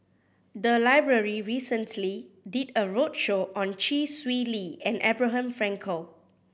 the library recently did a roadshow on Chee Swee Lee and Abraham Frankel